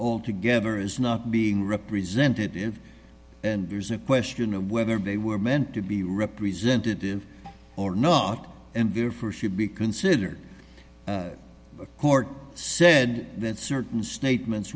all together is not being represented and there's a question of whether they were meant to be representative or not and therefore should be considered court said that certain statements